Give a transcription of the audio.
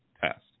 test